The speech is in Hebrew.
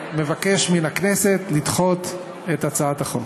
מבקש מהכנסת לדחות את הצעת החוק.